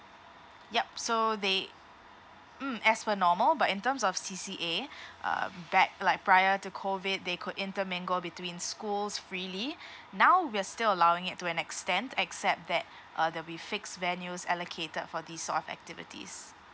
yup so they mm as per normal but in terms of C_C_A uh back like prior to COVID they could intermingle between schools freely now we're still allowing it to an extent except that uh there'll be fixed venues allocated for these sort of activities